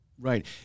Right